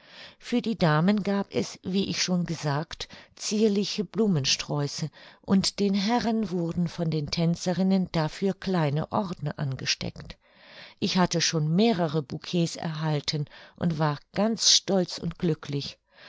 für die damen gab es wie ich schon gesagt zierliche blumensträuße und den herren wurden von den tänzerinnen dafür kleine orden angesteckt ich hatte schon mehrere bouquets erhalten und war ganz stolz und glücklich